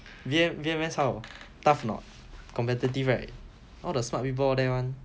B_M B_M_S how tough or not competitive right all the smart people all there [one]